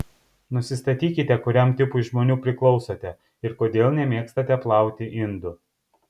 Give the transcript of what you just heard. nusistatykite kuriam tipui žmonių priklausote ir kodėl nemėgstate plauti indų